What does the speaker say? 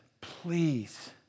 please